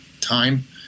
time